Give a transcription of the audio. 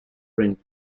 print